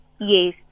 Yes